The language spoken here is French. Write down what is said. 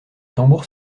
tambours